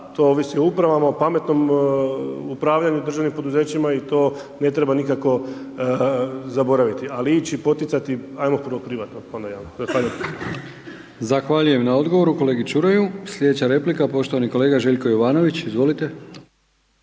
to ovisi o uprava, o pametnom upravljanu državnim poduzećima i to ne treba nikako zaboraviti, ali ići poticati ajmo prvo privatno pa onda javno. Zahvaljujem. **Brkić, Milijan (HDZ)** Zahvaljujem na odgovoru kolegi Čuraju. Slijedeća replika poštovani kolega Željko Jovanović, izvolite.